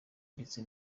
ndetse